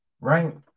right